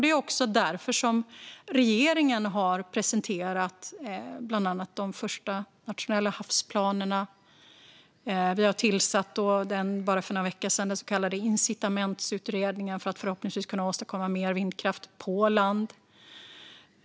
Det är också därför regeringen har presenterat bland annat de första nationella havsplanerna. Vi har, bara för någon vecka sedan, tillsatt den så kallade incitamentsutredningen för att förhoppningsvis kunna åstadkomma mer vindkraft på land.